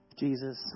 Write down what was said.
Jesus